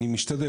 אני משתדל,